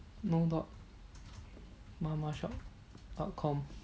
no dot mama shop dot com